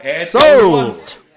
Sold